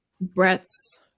Brett's